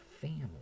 family